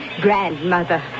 grandmother